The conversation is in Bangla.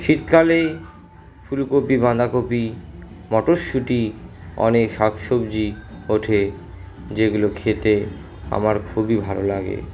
শীতকালে ফুলকপি বাঁধাকপি মটরশুঁটি অনেক শাক সবজি ওঠে যেগুলো খেতে আমার খুবই ভালো লাগে